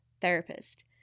therapist